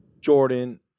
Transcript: Jordan